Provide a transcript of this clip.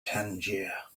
tangier